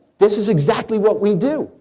this is exactly what we do.